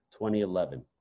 2011